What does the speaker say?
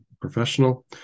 professional